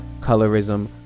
colorism